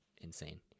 insane